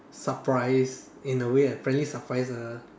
surprise in a way a friendly surprise a